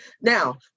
Now